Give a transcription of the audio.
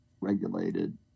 regulated